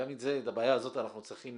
גם את הבעיה הזאת אנחנו צריכים